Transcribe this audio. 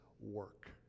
work